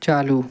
चालू